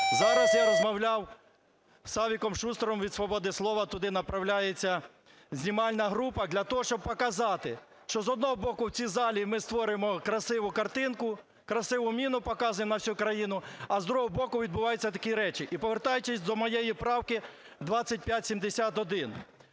Зараз я розмовляв з Савіком Шустером, від "Свободи слова", туди направляється знімальна група, щоб показати, що, з одного боку, в цій залі ми створюємо красиву картинку, красиву міну показуємо на всю країну, а з другого боку, відбуваються такі речі. І повертаючись до моєї правки 2571.